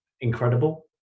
incredible